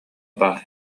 баар